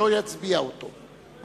שלא יביא אותו להצבעה.